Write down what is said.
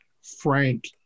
Frank